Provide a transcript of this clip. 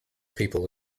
people